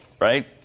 right